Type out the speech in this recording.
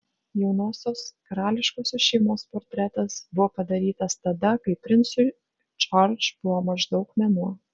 jaunosios karališkosios šeimos portretas buvo padarytas tada kai princui george buvo maždaug mėnuo